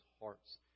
hearts